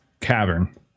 cavern